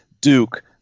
Duke